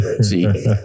See